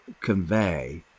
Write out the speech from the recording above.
convey